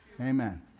amen